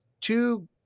two